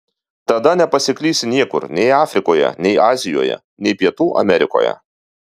tada nepasiklysi niekur nei afrikoje nei azijoje nei pietų amerikoje